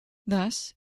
thus